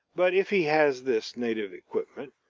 but if he has this native equipment,